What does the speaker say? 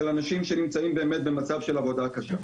של אנשים שנמצאים באמת במצב של עבודה קשה.